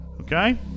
Okay